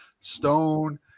Stone